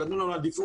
ונתנו לנו עדיפות.